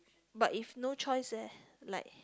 but if no choice leh like